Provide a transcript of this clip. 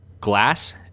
glass